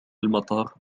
المطار